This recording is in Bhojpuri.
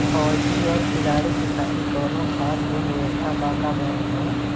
फौजी और खिलाड़ी के खातिर कौनो खास लोन व्यवस्था बा का बैंक में?